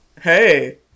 Hey